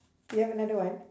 you have another one